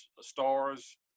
stars